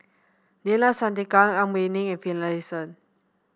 Neila Sathyalingam Ang Wei Neng and Finlayson